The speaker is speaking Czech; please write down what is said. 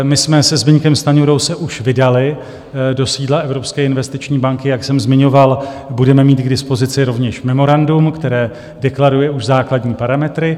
My jsme se Zbyňkem Stanjurou se už vydali do sídla Evropské investiční banky, jak jsem zmiňoval, budeme mít k dispozici rovněž memorandum, které deklaruje už základní parametry.